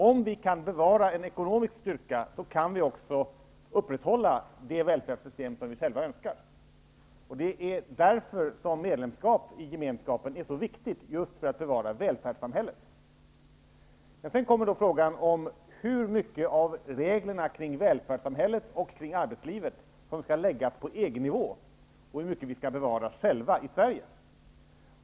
Om vi kan bevara en ekonomisk styrka kan vi också upprätthålla det välfärdssystem som vi själva önskar. Ett medlemskap i gemenskapen är så viktigt just för att bevara välfärdssamhället. Sedan uppstår frågan om hur stor del av reglerna kring välfärdsssamhället och arbetslivet som skall läggas på EG-nivå och hur mycket vi skall bevara själva i Sverige.